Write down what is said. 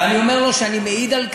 ואני אומר לו שאני מעיד על כך.